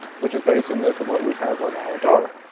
which is very similar to what we have on our door.